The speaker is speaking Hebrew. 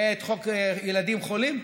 את חוק ילדים חולים?